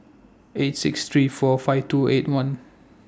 eight six three four five two eight one